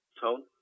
tone